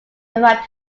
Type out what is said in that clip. arrived